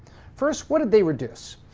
first what did they reduce?